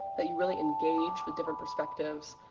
that you really engage with different perspectives,